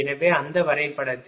எனவே அந்த வரைபடத்தில்